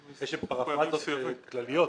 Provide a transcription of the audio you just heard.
יש שם פרפראזות כלליות.